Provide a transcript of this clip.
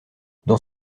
dans